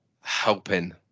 helping